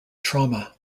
trauma